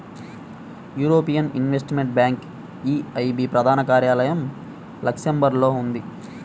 European investment bank EIB ప్రధాన కార్యాలయం లక్సెంబర్గ్లో ఉంది